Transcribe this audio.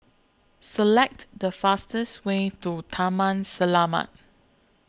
Select The fastest Way to Taman Selamat